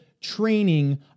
training